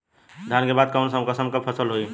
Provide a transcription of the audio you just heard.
धान के बाद कऊन कसमक फसल होई?